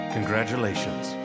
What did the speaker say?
Congratulations